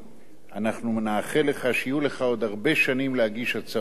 אנחנו נאחל לך שיהיו לך עוד הרבה שנים להגיש הצעות חוק פרטיות.